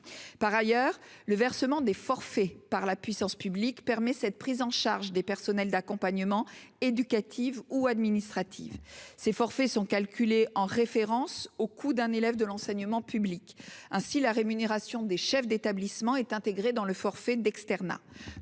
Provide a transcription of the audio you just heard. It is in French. Par ailleurs, le versement des forfaits par la puissance publique permet cette prise en charge des personnels d'accompagnement éducatifs ou administratifs. Ces forfaits sont calculés en référence au coût d'un élève de l'enseignement public. Ainsi, la rémunération des chefs d'établissement est intégrée dans le forfait d'externat.